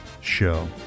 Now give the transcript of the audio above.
show